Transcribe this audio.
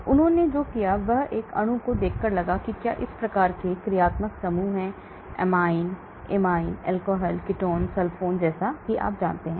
तो उन्होंने जो किया वह एक अणु को देखकर लगा कि क्या इस प्रकार के क्रियात्मक समूह हैं amine amide alcohol ketone sulfone जैसा कि आप जानते हैं